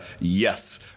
yes